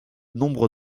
nombre